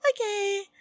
Okay